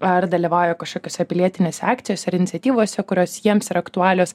ar dalyvauja kažkokiose pilietinėse akcijose ar iniciatyvose kurios jiems yra aktualios